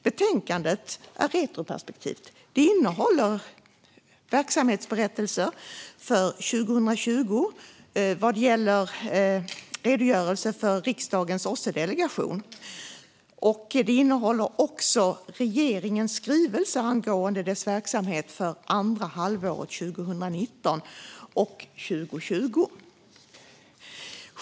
Betänkandet är retrospektivt och behandlar verksamhetsberättelsen för 2020 vad gäller riksdagens OSSE-delegation samt regeringens skrivelse angående dess verksamhet andra halvåret 2019 och 2020.